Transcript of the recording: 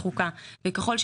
לכן,